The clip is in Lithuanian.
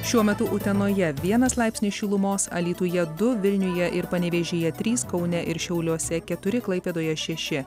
šiuo metu utenoje vienas laipsnis šilumos alytuje du vilniuje ir panevėžyje trys kaune ir šiauliuose keturi klaipėdoje šeši